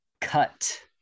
Cut